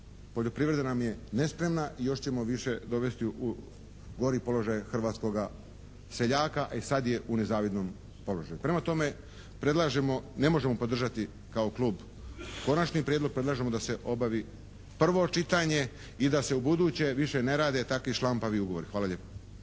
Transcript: poljoprivreda nam je nespremna i još ćemo više dovesti u gori položaj hrvatskoga seljaka, e sad je u nezavidnom položaju. Prema tome, predlažemo, ne možemo podržati kao klub konačni prijedlog, predlažemo da se obavi prvo čitanje i da se ubuduće više ne rade takvi šlampavi ugovori. Hvala lijepo.